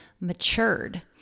matured